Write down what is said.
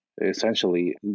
essentially